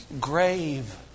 grave